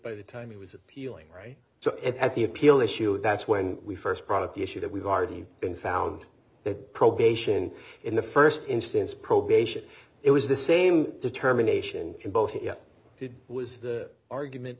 by the time he was appealing right so at the appeal issue and that's when we first brought up the issue that we've already been found that probation in the first instance probation it was the same determination in both did was the argument